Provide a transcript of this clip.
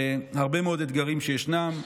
הרבה מאוד אתגרים שישנם.